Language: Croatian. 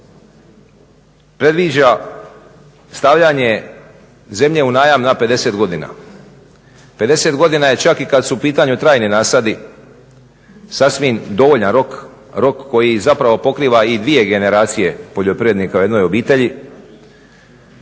predviđa stavljanje zemlje u najam na 50 godina. 50 godina je čak i kad su u pitanju trajni nasadi sasvim dovoljan rok, rok koji zapravo pokriva i dvije generacije poljoprivrednika u jednoj obitelji